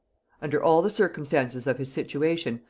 under all the circumstances of his situation,